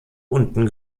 unten